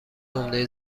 عمده